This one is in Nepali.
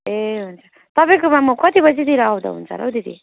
ए हुन्छ तपाईँकोमा म कति बजेतिर आउँदा हुन्छ होला हौ दिदी